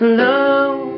love